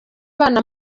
abana